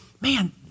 man